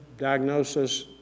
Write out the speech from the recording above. diagnosis